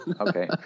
Okay